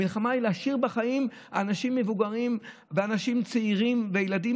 המלחמה היא להשאיר בחיים אנשים מבוגרים ואנשים צעירים וילדים,